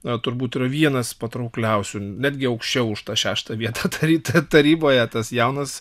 na turbūt yra vienas patraukliausių netgi aukščiau už tą šeštą vietą taryboje tas jaunas